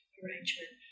arrangement